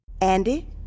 Andy